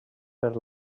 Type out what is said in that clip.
per